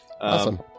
awesome